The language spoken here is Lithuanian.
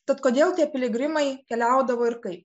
tad kodėl tie piligrimai keliaudavo ir kaip